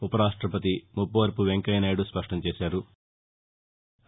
ఉపరాష్టవతి ముప్పవరపు వెంకయ్యనాయుడు స్పష్టం చేశారు